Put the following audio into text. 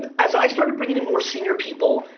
as i started bringing in more senior people,